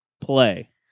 play